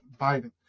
Biden